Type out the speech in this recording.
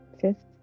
fifth